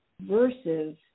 versus